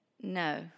no